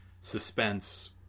Suspense